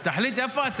אז תחליט איפה אתה,